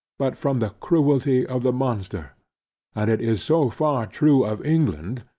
but from the cruelty of the monster and it is so far true of england,